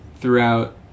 throughout